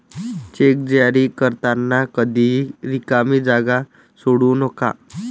check जारी करताना कधीही रिकामी जागा सोडू नका